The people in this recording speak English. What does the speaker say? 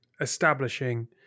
establishing